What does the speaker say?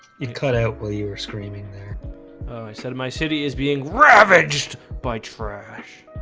you cut out while you were screaming there i said my city is being ravaged by trash